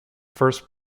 first